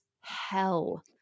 hell